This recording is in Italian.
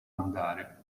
andare